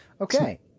Okay